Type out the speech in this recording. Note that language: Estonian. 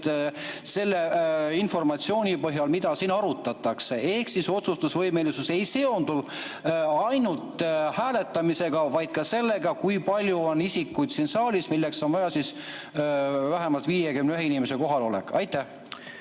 selle informatsiooni põhjal, mida siin arutatakse. Otsustusvõimelisus ei seondu ainult hääletamisega, vaid ka sellega, kui palju on isikuid siin saalis, milleks on vaja vähemalt 51 inimese kohalolek. Ei,